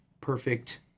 perfect